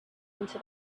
into